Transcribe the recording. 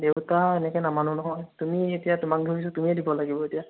দেউতা এনেকে নামানো নহয় তুমি এতিয়া তোমাক ধৰিছো তুমিয়ে দিব লাগিব এতিয়া